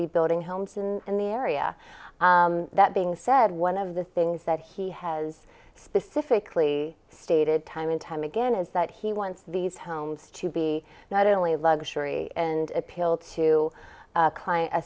be building homes and in the area that being said one of the things that he has specifically stated time and time again is that he wants these homes to be not only luxury and a pill to a